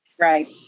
Right